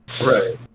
right